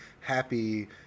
happy